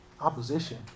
Opposition